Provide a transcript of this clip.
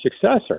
successor